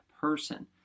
person